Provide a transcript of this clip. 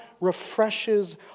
refreshes